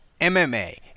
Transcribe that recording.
MMA